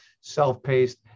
self-paced